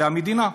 זו המדינה.